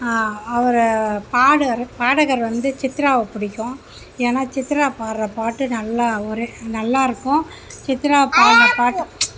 அவரை பாடகர் பாடகர் வந்து சித்ராவை பிடிக்கும் ஏன்னா சித்ரா பாடுற பாட்டு நல்லா ஒரே நல்லாயிருக்கும் சித்ரா பாடின பாட்டு